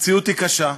המציאות היא קשה.